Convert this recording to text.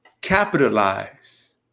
capitalize